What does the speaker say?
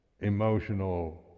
emotional